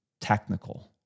technical